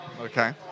Okay